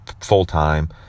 full-time